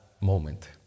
moment